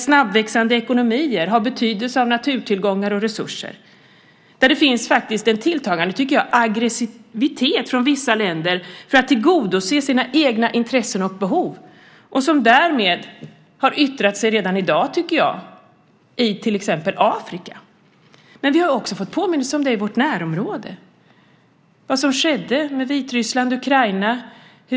Snabbväxande ekonomier har behov av naturtillgångar och resurser. Det finns en tilltagande aggressivitet från vissa länder för att tillgodose sina egna intressen och behov, något som redan i dag yttrar sig till exempel i Afrika. Men vi har också fått påminnelse om detta i vårt närområde. Vi har sett vad som skedde i Vitryssland och Ukraina.